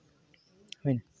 ᱦᱩᱭᱱᱟ